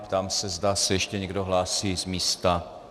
Ptám se, zda se ještě někdo hlásí z místa.